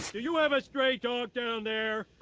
so you have a stray dog down there?